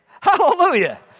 Hallelujah